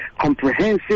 comprehensive